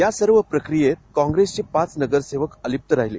या सर्व प्रक्रियेत काँप्रेसचे पाच नगरसेवक अलिप्त राहिले